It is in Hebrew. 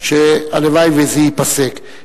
הלוואי שזה ייפסק.